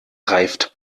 reift